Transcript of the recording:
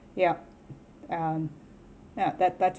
yup and ya that that